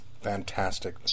Fantastic